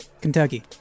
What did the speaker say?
Kentucky